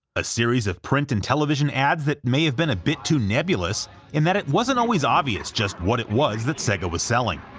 a series of print and television ads that may have been a bit too nebulous in that it wasn't always obvious just what it was that sega was selling.